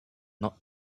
not